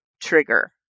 trigger